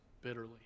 bitterly